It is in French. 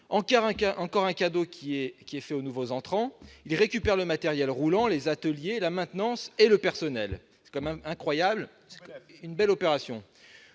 Encore un cadeau qui est fait aux nouveaux entrants ! Ils récupèrent le matériel roulant, les ateliers de maintenance et les personnels ! C'est tout de même incroyable ! Voilà une belle opération